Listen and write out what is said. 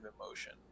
emotion